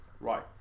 Right